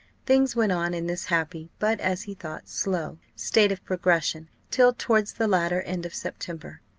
things went on in this happy, but as he thought slow, state of progression till towards the latter end of september.